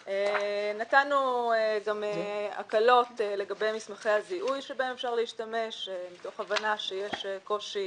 נתנו גם הקלות לגבי מסמכי הזיהוי שבהם אפשר להשתמש מתוך הבנה שיש קושי